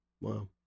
Wow